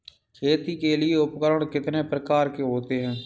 खेती के लिए उपकरण कितने प्रकार के होते हैं?